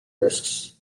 risks